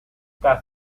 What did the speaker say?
das